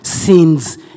sins